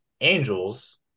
Angels